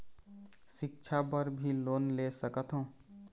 सिक्छा बर भी लोन ले सकथों?